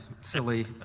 silly